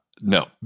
No